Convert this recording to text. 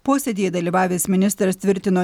posėdyje dalyvavęs ministras tvirtino